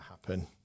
happen